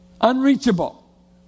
Unreachable